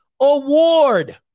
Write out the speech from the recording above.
award